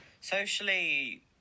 Socially